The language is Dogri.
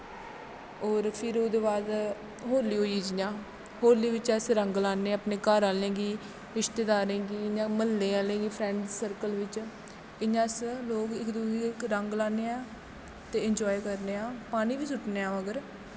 होर फिर ओह्दे बाद होली होई गेई जियां होली बिच्च अस रंग लान्ने अपने घर आह्लें गी रिश्तेदारें गी इयां म्ह्ल्ले आह्लें गी फ्रैंडस सर्कल बिच्च इयां अस लोग इक दुए गी रंग लान्ने आं ते इंजाए करने आं पानी बी सुट्टने आं मगर